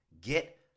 get